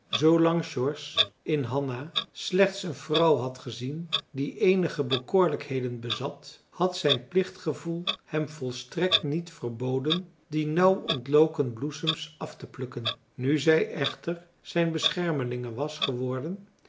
george in hanna slechts een vrouw had gezien die eenige bekoorlijkheden bezat had zijn plichtgevoel hem volstrekt niet verboden die nauw ontloken bloesems afteplukken nu zij echter zijn beschermelinge was geworden